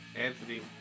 Anthony